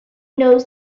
knows